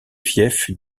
fiefs